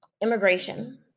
immigration